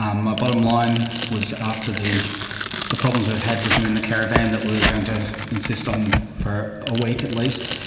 um my bottom line was after the the problems we've had with him in the caravan that we were going to insist on for a week at least,